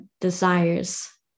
desires